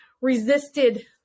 resisted